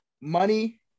money